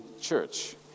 church